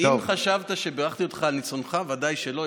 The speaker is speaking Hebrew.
אם חשבת שבירכתי אותך על ניצחונך, ודאי שלא.